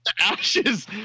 Ashes